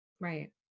Right